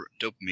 dopamine